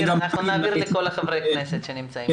אנחנו נעביר לכל חברי הכנסת שנמצאים כאן.